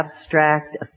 abstract